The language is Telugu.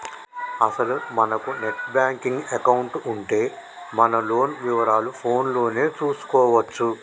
అసలు మనకు నెట్ బ్యాంకింగ్ ఎకౌంటు ఉంటే మన లోన్ వివరాలు ఫోన్ లోనే చూసుకోవచ్చు